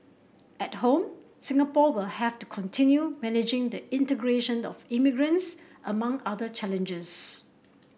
at home Singapore will have to continue managing the integration of immigrants among other challenges